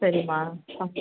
சரிமா அ